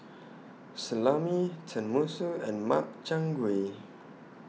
Salami Tenmusu and Makchang Gui